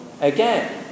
again